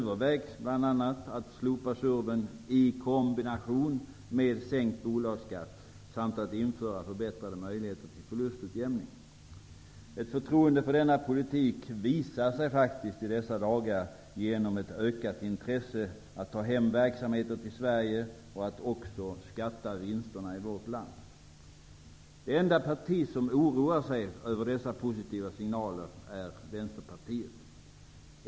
Det gäller bl.a. att slopa SURVEN i kombination med sänkt bolagsskatt samt att förbättra möjligheterna till förlustutjämning. Ett förtroende för denna politik visar sig faktiskt i dessa dagar genom ett ökat intresse för att ta hem verksamheter till Sverige och för att skatta för vinsterna i vårt land. Det enda parti som oroar sig över dessa positiva signaler är Vänsterpartiet.